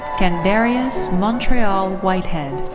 kenderius montreal whitehead.